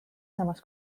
samas